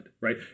right